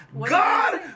God